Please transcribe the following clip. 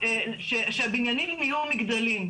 שהבניינים יהיו מגדלים,